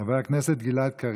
חבר הכנסת גלעד קריב.